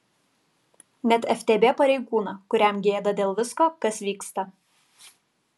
net ftb pareigūną kuriam gėda dėl visko kas vyksta